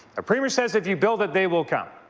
premier says if you build it, they will come.